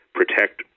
protect